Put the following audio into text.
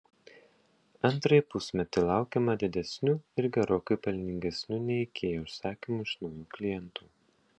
antrąjį pusmetį laukiama didesnių ir gerokai pelningesnių nei ikea užsakymų iš naujų klientų